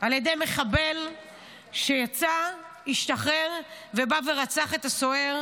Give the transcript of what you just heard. על ידי מחבל שיצא, השתחרר, ובא ורצח את הסוהר